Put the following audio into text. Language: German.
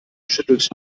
schüttelt